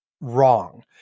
wrong